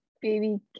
baby